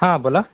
हा बोला